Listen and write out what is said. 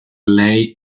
lei